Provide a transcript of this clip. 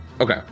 Okay